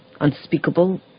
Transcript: unspeakable